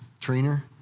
trainer